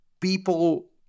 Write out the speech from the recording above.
people